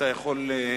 אתה יכול,